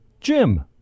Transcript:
Jim